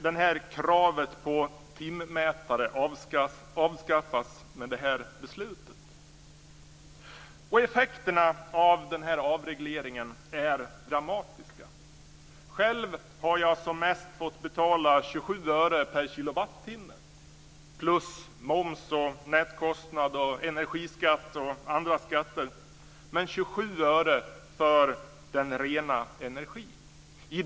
Det kravet på timmätare avskaffas i och med det beslut som fattas i dag. Effekterna av avregleringen är dramatiska. Själv har jag som mest fått betala 27 öre per kilowattimme, plus moms, mätkostnad, energiskatt och andra skatter. Men priset för den rena energin var 27 öre.